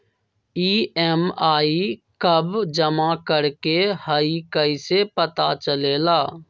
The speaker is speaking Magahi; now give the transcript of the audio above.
ई.एम.आई कव जमा करेके हई कैसे पता चलेला?